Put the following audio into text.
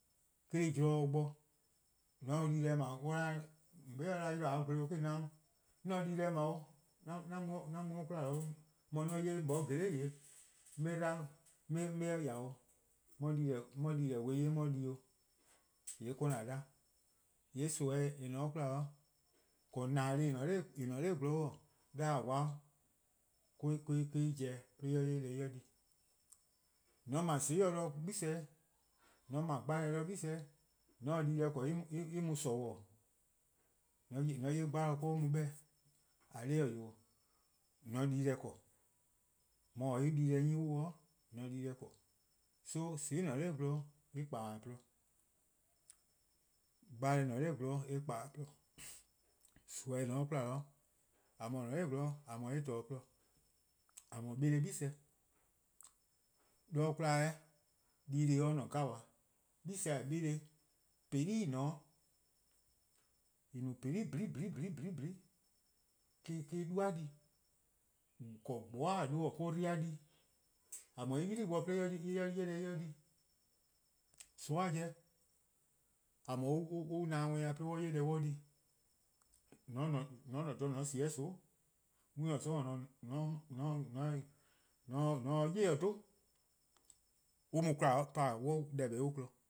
Eh-: :korn zorn bo :mor :on se dii-deh ble :mor :on 'be 'da 'yle :a 'ye :dle :yee' :on 'da 'on se dii-deh 'ble 'an mu 'de 'kwla 'o :mor 'on 'ye 'moeh: gele'-yor-eh 'on 'ye-eh 'dba 'on 'ye-eh 'de :ya 'o :on 'ye dii-deh :beh 'ye 'on 'ye di 'o, :yee' 'ka :an 'da. :yee' nimmi :eh :ne-a 'de 'kwla, 'dekorn: :nena:-deh+ :en :en 'nor :gwlor 'de-a 'kwa 'de en pobo 'de en 'ye deh en di. :mor :on 'ble :soon'+ 'de 'gle, :mor :on 'ble gbalor:+ 'de 'gle :mor :on se dii-deh 'ble en mu sorbor: :mor :on 'ye gbalor 'ka or mu 'beh-:. :eh :korn dhih wee', :on se dii-deh 'ble. :mor :or 'ye-ih-a dii-deh 'nyi dee :on se dii-deh 'ble. So :soo'+ :en :ne-a 'nor gwlor en :kpa-dih :on :porluh, gbalor:+ :eh :ne-a 'nor gwlor eh :kpa-dih :on :porluh:, nimi :eh :ne-a 'de 'kwla :a :mor :or :ne-a 'nor gwlor :a :mor eh :kpa-dih :porluh. :a :mor 'beleh gle 'de kwla'e, :mor dii-dih+ :ne 'gabaa, 'gle :a 'beleh-a :peli' :en :ne-a 'de :en no-a 'peli' blih blih blih, me-: dibi'-a di, 'dekorn: :gbobeh'eh: :a 'dhu-a or-: dle+-a di. :a :mor en 'bi-dih 'de bor 'de en 'ye deh en 'di, :soon'-a 'jeh :a :mor on na-dih worn-dih 'de on 'ye deh on di. :mor :on ne dha :mor :on sie 'o :soon', :mor 'we taa 'sororn' ne :mor :on se 'o 'yli-eh 'dhu, on mu 'kwla :pa deh :neheh' 'ye-uh kpon